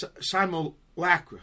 Simulacra